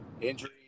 injury